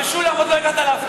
את שר הפנים, עוד לא הגעת להפטרה.